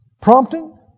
prompting